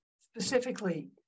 specifically